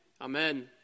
amen